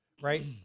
right